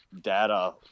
data